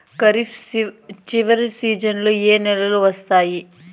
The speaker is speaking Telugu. ఖరీఫ్ చివరి సీజన్లలో ఏ నెలలు వస్తాయి?